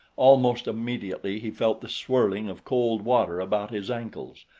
almost immediately he felt the swirling of cold water about his ankles,